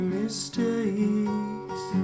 mistakes